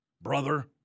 brother